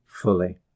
fully